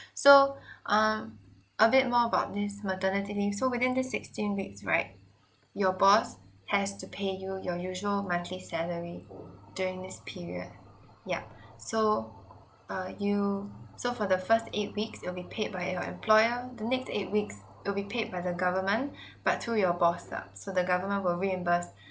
so um a bit more about this maternity leave so within this sixteen weeks right your boss has to pay you your usual monthly salary during this period yup so uh you so for the first eight weeks will be paid by your employer the next eight weeks will be paid by the government but through your boss lah so the government will reimburse